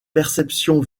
perception